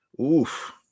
oof